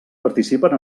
participen